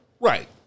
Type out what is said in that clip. Right